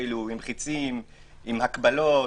הקבלות,